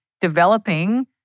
developing